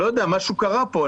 משהו קרה פה,